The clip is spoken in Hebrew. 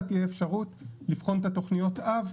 תהיה אפשרות לבחון את התוכניות אב,